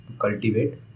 cultivate